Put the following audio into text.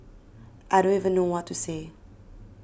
I don't even know what to say